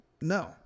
no